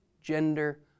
gender